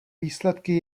výsledky